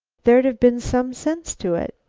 there'd have been some sense to it.